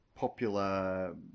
Popular